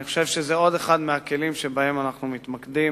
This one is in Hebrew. ואני חושב שזה עוד אחד מהכלים שבהם אנחנו מתמקדים